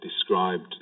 described